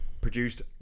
produced